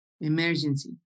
emergency